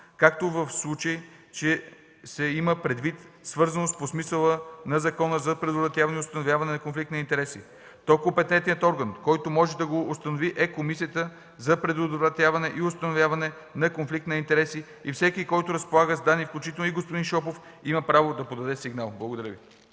като в случая се има предвид свързаност по смисъла на Закона за предотвратяване и установяване на конфликт на интереси. Компетентният орган, който може да го установи, е Комисията за предотвратяване и установяване на конфликт на интереси и всеки, който разполага с данни, включително и господин Шопов, има право да подаде сигнал. Благодаря Ви.